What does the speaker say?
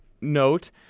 note